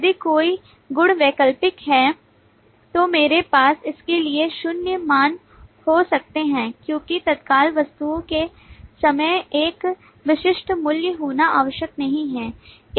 यदि कोई गुण वैकल्पिक है तो मेरे पास इसके लिए शून्य मान हो सकते हैं क्योंकि तत्काल वस्तुओं के समय एक विशिष्ट मूल्य होना आवश्यक नहीं है